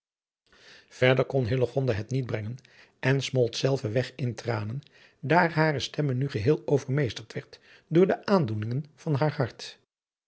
kon hillegonda het niet brengen en smolt zelve weg in tranen daar hare stem nu geheel overmeesterd werd door de aandoeningen van haar hart